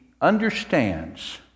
understands